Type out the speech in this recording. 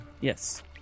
Yes